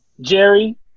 jerry